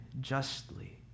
justly